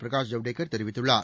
பிரகாஷ் ஜவடேகர் தெரிவித்துள்ளார்